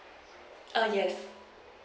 err yes